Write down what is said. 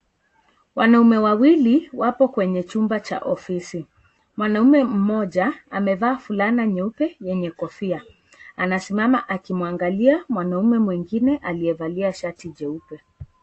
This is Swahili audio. Wanaume wawili wapo kwenye chumba cha ofisi. Mwanaume mmoja amevaa fulana nyeupe yenye kofia anasimama akimwangalia mwanaume mwingine aliyevalia shati jeupe.